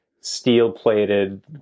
steel-plated